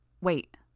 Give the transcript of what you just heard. Wait